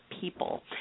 people